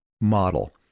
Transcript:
model